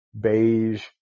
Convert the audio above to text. beige